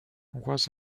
was